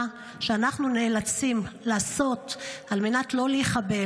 שאנחנו נאלצים לעשות על מנת שלא להיחבל,